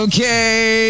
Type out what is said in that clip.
Okay